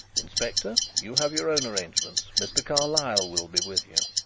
inspector, you have your own arrangements. mr. carlyle will be with you.